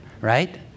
right